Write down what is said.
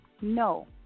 No